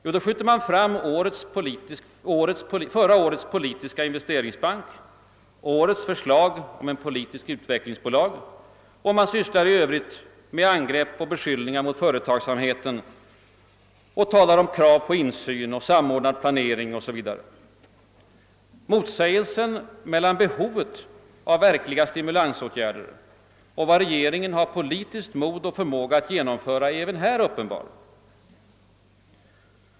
Jo, man skjuter fram förra årets politiska investeringsbank, samt årets förslag om ett politiskt utvecklingsbolag och sysslar i övrigt med angrepp och beskyllningar mot företagsamheten, talar om krav på insyn och samordnad planering o. s. v. Motsägelsen mellan behovet av verkliga stimulansåtgärder och vad regeringen har politiskt mod och förmåga att genomföra är även här uppenbart.